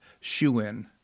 shoe-in